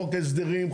חוק הסדרים,